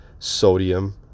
sodium